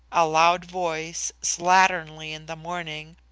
a loud voice, slatternly in the morning,